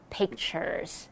pictures